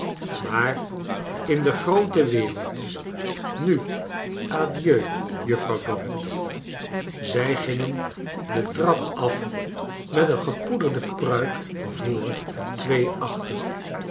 maar in de groote wereld nu adieu juffrouw dorrit zij gingen de trap af met een gepoederde pruik voor en twee aohter